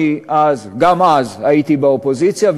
גם אז הייתי באופוזיציה,